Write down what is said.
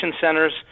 centers